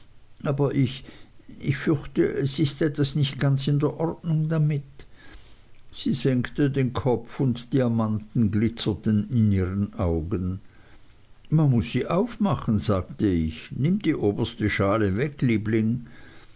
aber ich ich fürchte es ist etwas nicht ganz in der ordnung damit sie senkte den kopf und diamanten glitzerten in ihren augen man muß sie aufmachen sagte ich nimm die oberste schale weg liebling